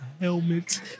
helmet